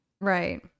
right